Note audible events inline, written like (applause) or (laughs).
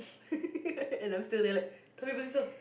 (laughs) and I'm still there like Taufik Batisah